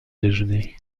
déjeuner